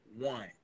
one